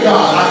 God